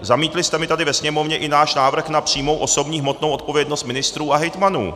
Zamítli jste mi tady ve sněmovně i náš návrh na přímou osobní hmotnou odpovědnost ministrů a hejtmanů.